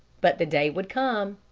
but the day would come